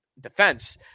defense